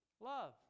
Love